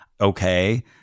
Okay